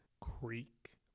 creek